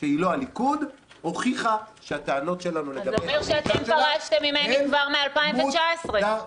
שהיא לא הליכוד הוכיחה שהטענות שלנו לגבי הפרישה שלה מוצדקות.